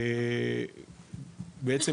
בעצם,